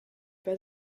pas